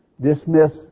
dismiss